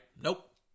Nope